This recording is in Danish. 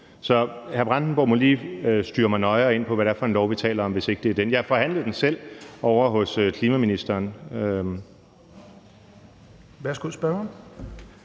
Bjørn Brandenborg må lige styre mig nøjere ind på, hvad det er for en lov, vi taler om, hvis ikke det er den. Jeg forhandlede den selv ovre hos klimaministeren.